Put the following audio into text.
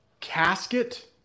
casket